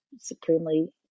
supremely